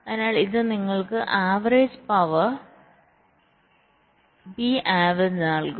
അതിനാൽ ഇത് നിങ്ങൾക്ക് ആവറേജ്പവർ Pavg നൽകും